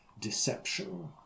deception